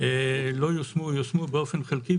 לא יושמו או יושמו באופן חלקי.